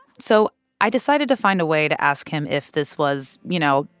so i decided to find a way to ask him if this was, you know,